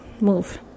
move